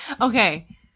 Okay